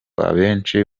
abenshi